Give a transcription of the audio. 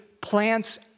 plants